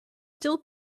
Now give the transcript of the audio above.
still